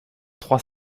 trois